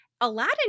Aladdin